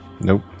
Nope